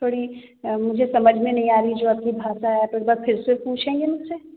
थोड़ी मुझे समझ में नहीं आ रही है जो आपकी भाषा है तो एक बार फिर से पूछेंगे मुझसे